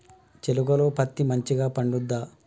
చేలుక లో పత్తి మంచిగా పండుద్దా?